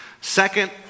second